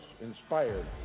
inspired